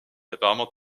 apparemment